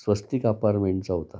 स्वस्तिक अपारमेंटचा होता